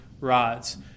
rods